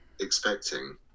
expecting